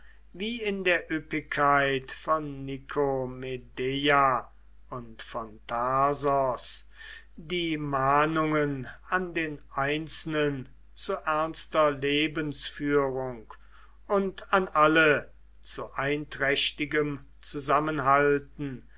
wie in der üppigkeit von nikomedeia und von tarsos die mahnungen an den einzelnen zu ernster lebensführung und an alle zu einträchtigem zusammenhalten